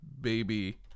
baby